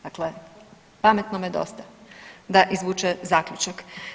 Dakle, pametnome dosta da izvuče zaključak.